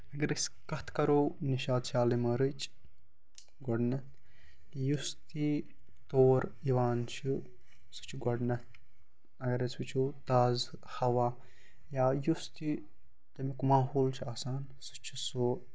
اگر أسۍ کَتھ کَرو نِشاط شالمٲرٕچ گۄڈٕنٮ۪تھ یُس تہِ تور یِوان چھِ سُہ چھِ گۄڈٕنٮ۪تھ اگر أسۍ وٕچھو تازٕ ہوا یا یُس تہِ تَمیُک ماحول چھِ آسان سُہ چھِ سُہ